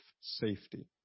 safety